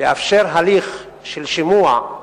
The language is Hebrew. לאפשר הליך של שימוע,